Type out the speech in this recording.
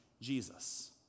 Jesus